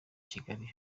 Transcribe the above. kigali